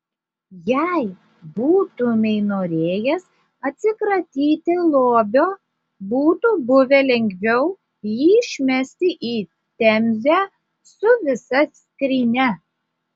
jei būtumei norėjęs atsikratyti lobio būtų buvę lengviau jį išmesti į temzę su visa skrynia